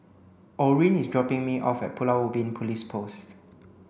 Orin is dropping me off at Pulau Ubin Police Post